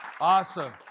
Awesome